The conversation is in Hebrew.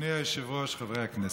אדוני היושב-ראש, חברי הכנסת,